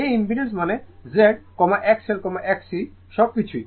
এই ইম্পিডেন্স মানে Z XL XC সবকিছু